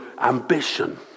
ambition